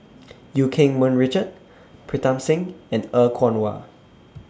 EU Keng Mun Richard Pritam Singh and Er Kwong Wah